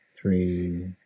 three